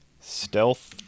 Stealth